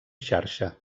xarxa